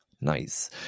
Nice